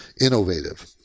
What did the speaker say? innovative